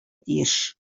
тиеш